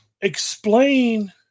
Explain